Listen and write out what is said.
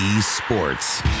Sports